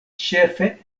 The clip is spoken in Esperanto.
ĉefe